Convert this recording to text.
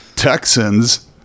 texans